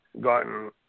gotten